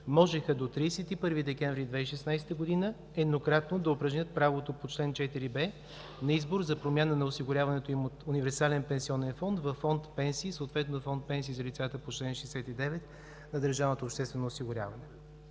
можеха до 31 декември 2016 г. еднократно да упражнят правото по чл. 4б на избор за промяна на осигуряването им от универсален пенсионен фонд във фонд „Пенсии“, съответно фонд „Пенсии“ за лицата по чл. 69 на държавното обществено осигуряване.